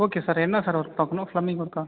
okay sir என்ன sir work பார்க்கணும் plumbing ஒர்க்கா